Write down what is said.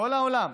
לכל העולם: